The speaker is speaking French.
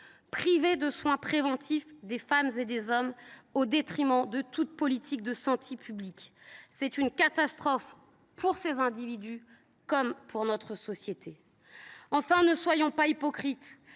priver de soins préventifs des femmes et des hommes, au détriment de toute politique de santé publique, est une catastrophe pour les personnes concernées comme pour la société. Enfin, ne soyons pas hypocrites